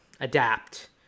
adapt